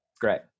great